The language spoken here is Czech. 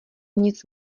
nic